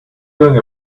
doing